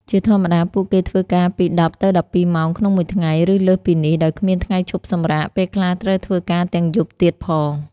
ជាធម្មតា ពួកគេធ្វើការពី ១០ ទៅ ១២ ម៉ោងក្នុងមួយថ្ងៃ ឬលើសពីនេះ ដោយគ្មានថ្ងៃឈប់សម្រាក ពេលខ្លះត្រូវធ្វើការទាំងយប់ទៀតផង។